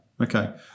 Okay